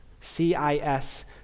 C-I-S